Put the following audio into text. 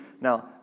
Now